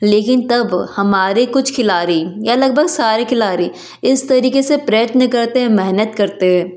लेकिन तब हमारे कुछ खिलाड़ी या लगभग सारे खिलाड़ी इस तरीके से प्रयत्न करते हैं मेहनत करते हैं